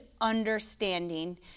understanding